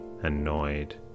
annoyed